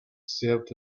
served